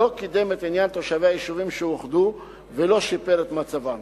לא קידם את עניין תושבי היישובים שאוחדו ולא שיפר את מצבם.